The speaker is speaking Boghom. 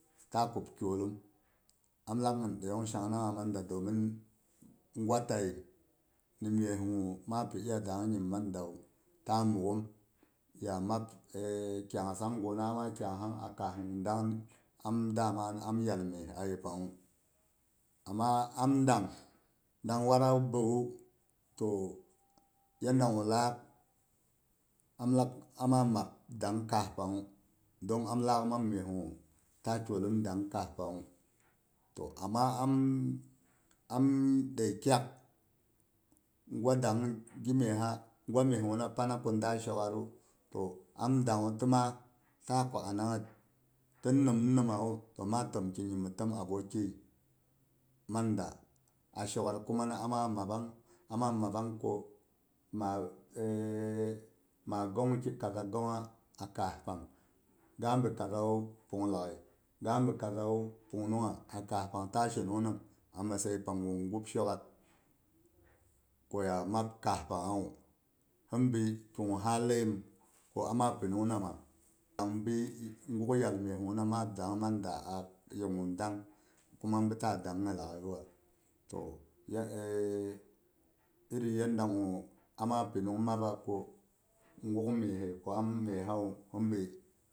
Daiyang shang nangha, am lak, bar dayong shang nangha mang da gwa ta ye ni meh gu ma a pi iya dang nyim mandawu taa mughum ya mab kyanasang gu na amma kyaasang a kaah dang am da ma an yal meh a ye panghu amma am əang, dang wada bauwu yanda gu lakh amlak amma mab dang kaah panghu. don amlak mang meh gu taa kyollum dang kaah pangu. To amma am ɗai kyak gwa dang gi meha gwa meh guna pana ku da shokatdu to am dang tima taa kwa ananghet tin nim nimawu to ma tom ki nyim mhi tom aboki ye man da a shok at kuma ni ama mabbang ama mabbang ko a ma gong ki kaza gongha a kaah pang, ga bi kazawu punglaaghai ga bi kazawu pung nungha a kaah pang ta shenong nam a matsayi pang gu gub shok at ko ya mab kaah pang ha wu. hin bi kigu ha laiyim ku ama pinung nama abi guk yal meh gu na ma dang da a ye gu dang kuma bi taɓa danghai laaghai yu to iri yanda gu ama pinung mabba ku gug mehhai.